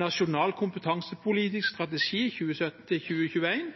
Nasjonal kompetansepolitisk strategi for 2017–2021,